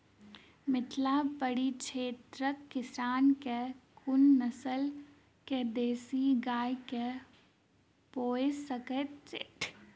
मिथिला परिक्षेत्रक किसान केँ कुन नस्ल केँ देसी गाय केँ पोइस सकैत छैथि?